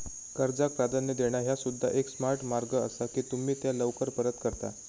कर्जाक प्राधान्य देणा ह्या सुद्धा एक स्मार्ट मार्ग असा की तुम्ही त्या लवकर परत करता